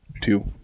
Two